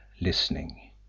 listening